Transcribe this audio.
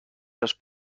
los